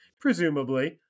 presumably